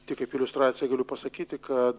tai kaip iliustraciją galiu pasakyti kad